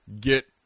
get